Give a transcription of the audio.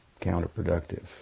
counterproductive